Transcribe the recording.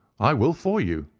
i will for you.